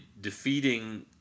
defeating